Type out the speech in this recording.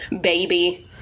baby